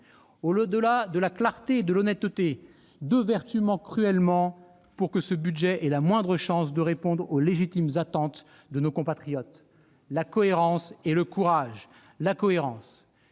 Au-delà de la clarté et de l'honnêteté, deux vertus manquent cruellement pour que ce budget ait la moindre chance de répondre aux légitimes attentes de nos compatriotes : la cohérence et le courage. Je commencerai